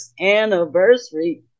anniversary